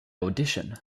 audition